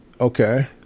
Okay